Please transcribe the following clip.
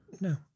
No